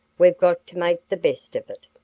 we've got to make the best of it.